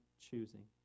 choosing